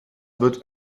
wird